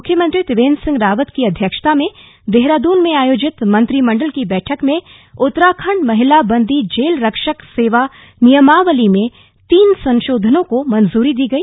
मुख्यमंत्री त्रिवेंद्र सिंह रावत की अध्यक्षता में देहरादून में आयोजित मंत्रिमण्डल की बैठक में उत्तराखंड महिला बंदी जेल रक्षक सेवा नियमावली में तीन संशोधनों को मंजूरी दी गई